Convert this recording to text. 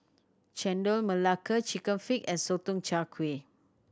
Chendol Melaka Chicken Feet and Sotong Char Kway